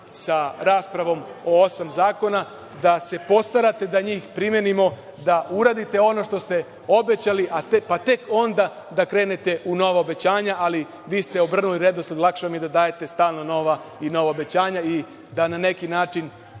sa raspravom o osam zakona, da se postarate da njih primenimo, da uradite ono što ste obećali, a tek onda da krenete u nova obećanja, ali vi ste obrnuli redosled. Lakše vam je da dajete stalno nova i nova obećanja i da na neki način